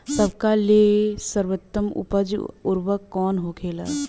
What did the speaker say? सबका ले सर्वोत्तम उपजाऊ उर्वरक कवन होखेला?